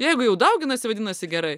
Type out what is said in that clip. jeigu jau dauginasi vadinasi gerai